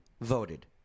voted